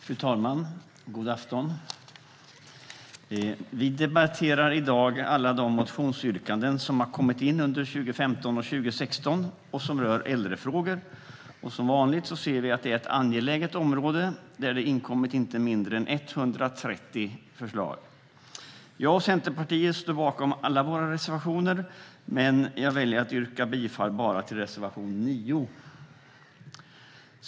Fru talman! God afton! Vi debatterar i dag alla de motionsyrkanden som har kommit in under 2015 och 2016 som rör äldrefrågor. Som vanligt ser vi att det är ett angeläget område där det har inkommit inte mindre än 130 förslag. Jag och Centerpartiet står bakom alla våra reservationer, men jag väljer att yrka bifall bara till reservation 9.